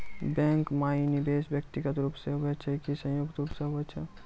Bank माई निवेश व्यक्तिगत रूप से हुए छै की संयुक्त रूप से होय छै?